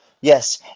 Yes